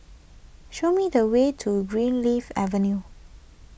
show me the way to Greenleaf Avenue